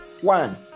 One